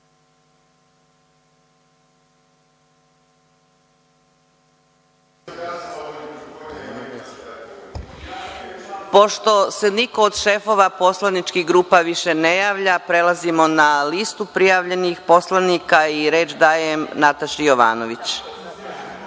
Pošto se niko od šefova poslaničkih grupa više ne javlja, prelazimo na listu prijavljenih poslanika. Reč dajem Nataši Jovanović.